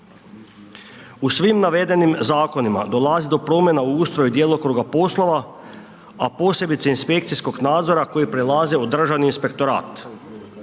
U svim navedenim zakonima dolazi do promjena u ustroju djelokruga poslova, a posebice inspekcijskog nadzora koji prelaze u Državni inspektorat.